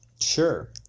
Sure